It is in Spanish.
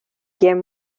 quien